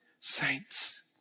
saints